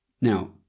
Now